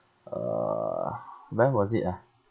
uh when was it ah